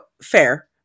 Fair